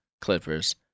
Clippers